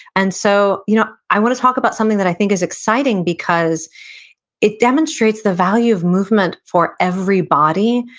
and so, you know i want to talk about something that i think is exciting because it demonstrates the value of movement for every body,